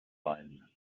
sein